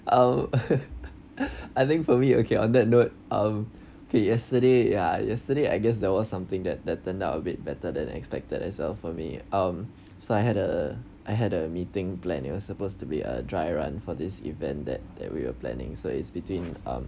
oh I think for me okay on that note um okay yesterday ya yesterday I guess there was something that that turned out a bit better than expected as well for me um so I had a I had a meeting plan it was supposed to be a dry run for this event that that we are planning so it's between um